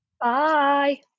Bye